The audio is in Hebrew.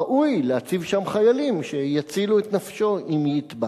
ראוי להציב שם חיילים שיצילו את נפשו אם יטבע.